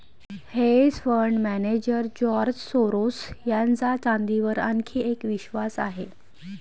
hedge fund manager George Soros यांचा चांदीवर आणखी एक विश्वास आहे